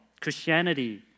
Christianity